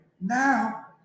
Now